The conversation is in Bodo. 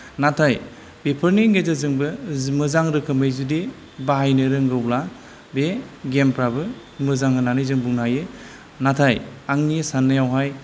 नाथाय बेफोरनि गेजेरजोंबो मोजां रोखोमै जुदि बाहायनो रोंगौब्ला बे गेमफ्राबो मोजां होननानै जों बुंनो हायो नाथाय आंनि साननायावहाय